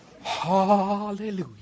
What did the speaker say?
Hallelujah